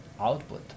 output